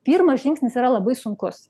pirmas žingsnis yra labai sunkus